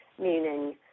meaning